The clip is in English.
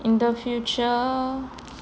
in the future